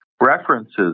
references